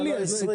למה לא 20?